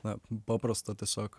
na paprastą tiesiog